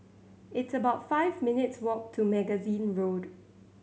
it's about five minutes' walk to Magazine Road